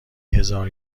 هزار